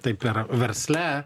taip ir versle